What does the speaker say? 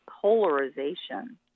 polarization